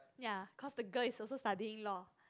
ya cause the girl is also studying law